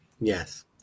Yes